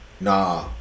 Nah